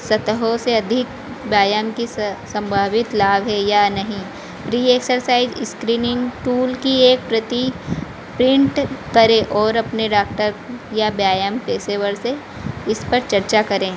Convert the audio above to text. सतहों से अधिक व्यायाम की संभावित लाभ है या नहीं प्री एक्सरसाइज इस्क्रीनिंग टूल की एक प्रति प्रिन्ट करें और अपने डाक्टर या व्यायाम पेशेवर से इस पर चर्चा करें